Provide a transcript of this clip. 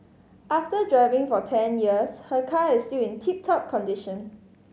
after driving for ten years her car is still in tip top condition